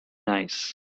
nice